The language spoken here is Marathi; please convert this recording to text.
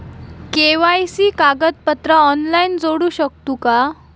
के.वाय.सी कागदपत्रा ऑनलाइन जोडू शकतू का?